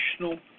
National